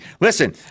Listen